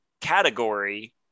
category